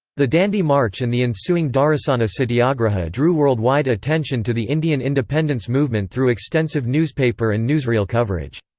the dandi march and the ensuing dharasana satyagraha drew worldwide attention to the indian independence movement through extensive newspaper and newsreel coverage.